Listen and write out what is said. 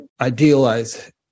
idealize